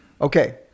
Okay